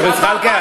חבר הכנסת זחאלקה,